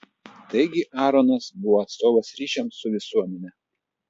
taigi aaronas buvo atstovas ryšiams su visuomene